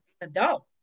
adult